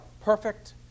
perfect